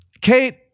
kate